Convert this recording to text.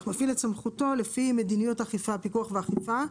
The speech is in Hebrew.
יפעיל את סמכותו לפי מדיניות פיקוח ואכיפה.